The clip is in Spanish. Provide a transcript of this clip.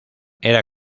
era